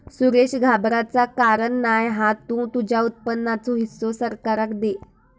सुरेश घाबराचा कारण नाय हा तु तुझ्या उत्पन्नाचो हिस्सो सरकाराक दे